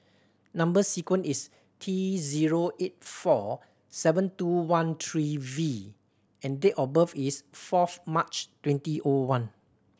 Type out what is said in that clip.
number sequence is T zero eight four seven two one three V and date of birth is fourth March twenty O one